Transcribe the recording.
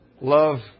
Love